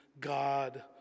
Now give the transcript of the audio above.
God